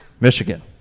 Michigan